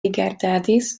rigardadis